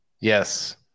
Yes